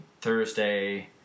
Thursday